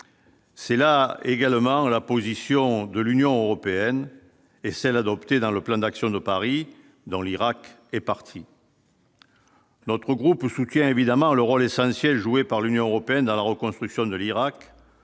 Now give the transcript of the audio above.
c'est là également, la position de l'Union européenne et celles adoptées dans le plan d'action de Paris dans l'Irak est parti. Notre groupe soutient évidemment le rôle essentiel joué par l'Union européenne à la reconstruction de l'Irak,